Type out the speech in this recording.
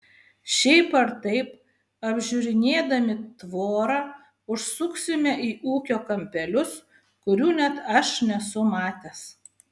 šiaip ar taip apžiūrinėdami tvorą užsuksime į ūkio kampelius kurių net aš nesu matęs